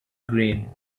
green